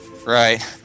Right